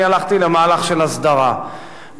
אני חושב שמה שאמר פה השר זה מאוד חשוב.